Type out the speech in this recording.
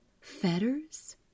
fetters